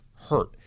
hurt